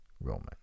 Roman